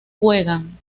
juegan